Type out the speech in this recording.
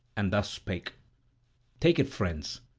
and thus spake take it, friends,